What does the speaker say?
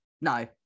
no